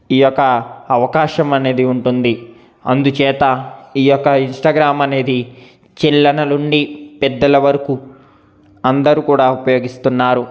ఈయొక్క అవకాశం అనేది ఉంటుంది అందుచేత ఈయొక్క ఇన్స్టాగ్రామ్ అనేది చిన్నల నుండి పెద్దల వరకు అందరు కూడా ఉపయోగిస్తున్నారు